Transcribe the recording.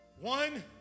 one